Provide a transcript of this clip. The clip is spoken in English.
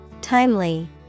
Timely